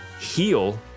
heal